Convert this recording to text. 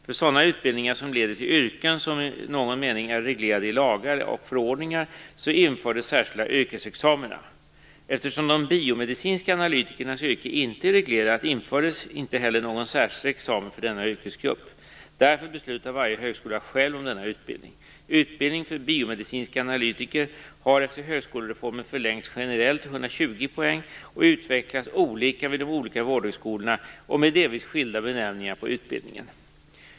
För sådana utbildningar som leder till yrken som i någon mening är reglerade i lagar och förordningar infördes särskilda yrkesexamina. Eftersom de biomedicinska analytikernas yrke inte är reglerat infördes inte heller någon särskild examen för denna yrkesgrupp. Därför beslutar varje högskola själv om denna utbildning. Utbildningen för biomedicinska analytiker har efter högskolereformen förlängts generellt till 120 poäng och utvecklats olika vid de olika vårdhögskolorna och med delvis skilda benämningar på utbildningen.